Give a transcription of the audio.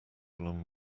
along